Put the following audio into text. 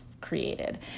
created